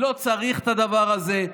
לא צריך את הדבר הזה.